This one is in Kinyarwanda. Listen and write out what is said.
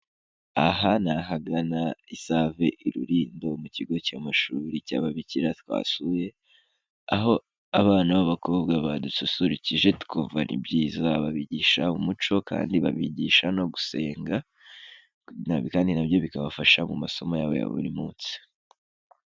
Aha ahagana i Save i Rulindo mu kigo cy'amashuri cy'ababikira twasuye aho abana b'abakobwa badususurukije, tukamva ni byizayiza, babigisha umuco kandi babigisha no gusenga kandi na byo bikabafsha mu masomo yabo ya buri munsi.